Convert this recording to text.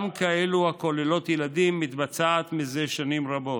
גם כאלה הכוללות ילדים, מתבצעת זה שנים רבות.